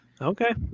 okay